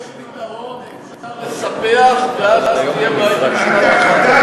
יש פתרון, אפשר לספח ואז תהיה מערכת אחת.